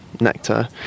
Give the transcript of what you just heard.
nectar